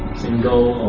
single